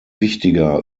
wichtiger